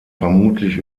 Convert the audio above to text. vermutlich